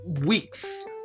weeks